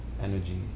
energy